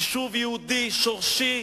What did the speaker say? יישוב יהודי שורשי,